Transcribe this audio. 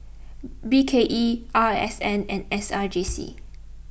B K E R S N and S R J C